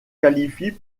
qualifie